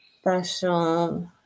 special